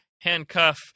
handcuff